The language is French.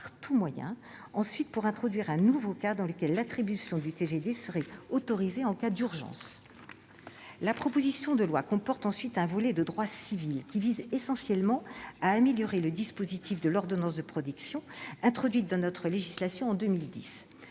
par tout moyen »; ensuite, elle introduit un nouveau cas dans lequel l'attribution du TGD serait autorisée, en cas d'urgence. La proposition de loi comporte ensuite un volet de droit civil, qui vise essentiellement à améliorer le dispositif de l'ordonnance de protection, introduite dans notre législation en 2010.